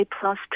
plus